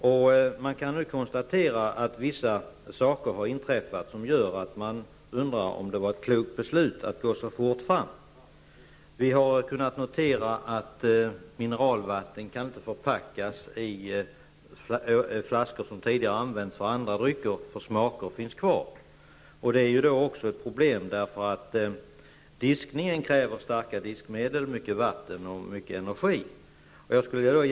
Nu kan man konstatera att vissa saker har inträffat som gör att man undrar om det var ett klokt beslut att gå så fort fram. Vi har kunnat notera att mineralvatten inte kan förpackas i flaskor som tidigare använts för andra drycker eftersom smaker finns kvar. Det är ju också ett problem eftersom diskningen kräver starka diskmedel, mycket vatten och mycket energi.